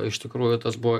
iš tikrųjų tas buvo